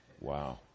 Wow